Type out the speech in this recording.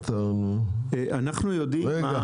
אנחנו יודעים מה